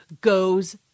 goes